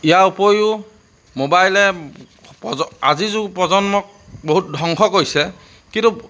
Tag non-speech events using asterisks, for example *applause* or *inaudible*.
ইয়াৰ উপৰিও মোবাইলে *unintelligible* আজিৰ যুৱ প্ৰজন্মক বহুত ধ্বংস কৰিছে কিন্তু